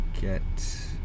get